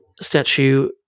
statue